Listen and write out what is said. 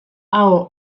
aho